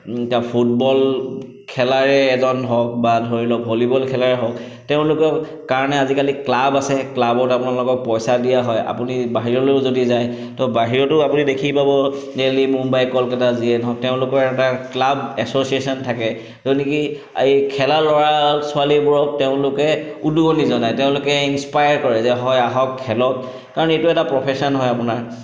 এটা ফুটবল খেলাৰে এজন হওক বা ধৰি লওক ভলীবল খেলাৰে হওক তেওঁলোকেৰ কাৰণে আজিকালি ক্লাব আছে ক্লাবত আপোনালোকক পইচা দিয়া হয় আপুনি বাহিৰলৈয়ো যদি যায় তো বাহিৰতো আপুনি দেখি পাব দেলহি মুম্বাই কেলকাতা যিয়ে নহওক তেওঁলোকৰ এটা ক্লাব এছ'চিয়েশ্যন থাকে য'ত নেকি আৰু এই খেলা ল'ৰা ছোৱালীবোৰক তেওঁলোকে উদগনি জনায় তেওঁলোকে ইনস্পায়াৰ কৰে যে হয় আহক খেলক কাৰণ এইটো এটা প্ৰফেশ্যন হয় আপোনাৰ